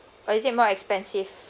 or is it more expensive